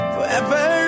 Forever